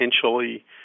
potentially